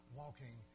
walking